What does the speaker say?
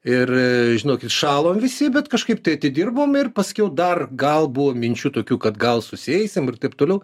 ir žinokit šalom visi bet kažkaip tai atidirbom ir paskiau dar gal buvo minčių tokių kad gal susieisim ir taip toliau